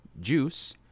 juice